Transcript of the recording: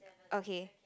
okay